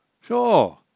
Sure